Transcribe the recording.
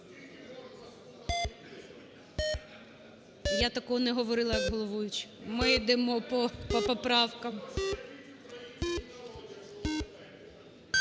Я такого не говорила як головуюча. Ми йдемо по поправкам.